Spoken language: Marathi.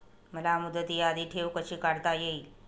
मला मुदती आधी ठेव कशी काढता येईल?